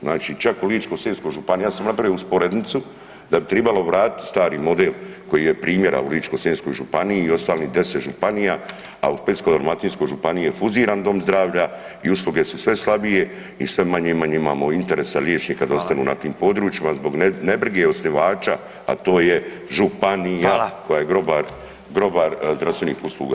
Znači čak u Ličko-senjskoj županiji, ja sam napravio usporednicu da bi tribalo vratiti stari model koji je primjera u Ličko-senjskoj županiji i ostalim 10 županija, a u Splitsko-dalmatinskoj županiji je fuziran dom zdravlja i usluge su sve slabije i sve manje i manje imamo interesa liječnika da ostanu na tim područjima [[Upadica: Hvala.]] zbog nebrige osnivača, a to je županija, koja je grobar [[Upadica: Hvala.]] zdravstvenih usluga.